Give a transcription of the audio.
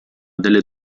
delle